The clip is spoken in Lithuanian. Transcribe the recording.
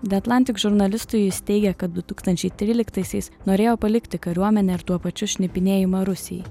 the atlantic žurnalistui jis teigia kad du tūkstančiai tryliktaisiais norėjo palikti kariuomenę ir tuo pačiu šnipinėjimą rusijai